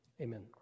amen